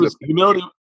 Humility